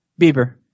Bieber